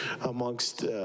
amongst